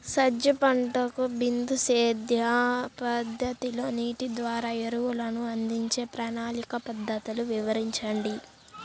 సజ్జ పంటకు బిందు సేద్య పద్ధతిలో నీటి ద్వారా ఎరువులను అందించే ప్రణాళిక పద్ధతులు వివరించండి?